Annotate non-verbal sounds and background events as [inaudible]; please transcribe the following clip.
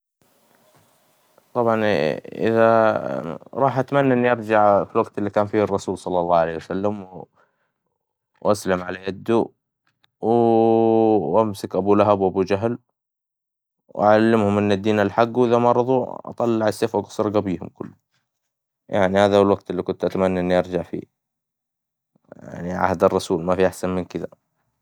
طبعاً, إذا راح اتمنى أرجع للوقت إللي كان فيه الرسول صلى الله عليه وسلم, واسلم على يده, و [hesitation] امسك أبولهب وأبوجهل, واعلمهم عن الدين الحق, وإذا ما رظوا اطلع السيف واقص رقابيهم كلهم, يعني هذا الوقت إللي كنت اتمنى إني أرجع فين, يعني عهد الرسول, ما في أحسن من كدا.